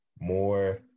more